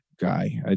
guy